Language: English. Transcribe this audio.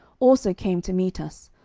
also came to meet us,